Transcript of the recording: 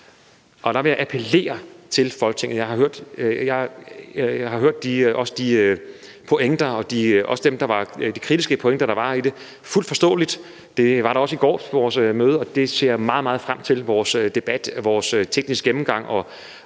Der vil jeg appellere til Folketinget. Jeg har hørt de pointer, også de kritiske pointer, der var. Det er fuldt forståeligt. Det var der også på vores møde i går, og jeg ser meget, meget frem til vores tekniske gennemgang